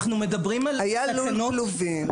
היה לול כלובים.